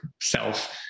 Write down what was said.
self